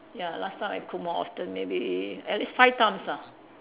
ya last time I cook more often maybe at least five times lah